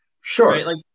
sure